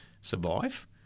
survive